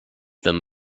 them